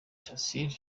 shassir